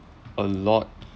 a lot